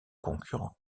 concurrents